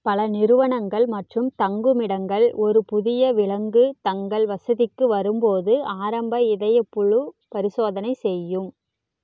பல நிறுவனங்கள் மற்றும் தங்குமிடங்கள் ஒரு புதிய விலங்கு தங்கள் வசதிக்கு வரும்போது ஆரம்ப இதயப்புழு பரிசோதனை செய்யும்